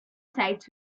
sites